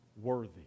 worthy